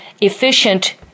efficient